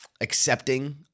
accepting